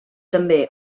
també